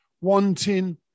wanting